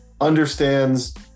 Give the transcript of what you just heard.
understands